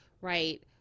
right